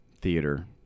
theater